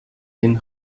den